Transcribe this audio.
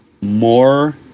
more